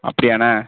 அப்படியாண்ண